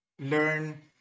learn